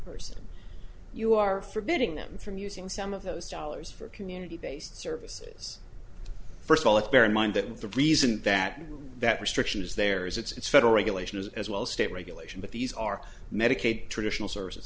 person you are forbidding them from using some of those dollars for community based services first of all let's bear in mind that the reason that that restriction is there is it's federal regulations as well state regulation but these are medicaid traditional services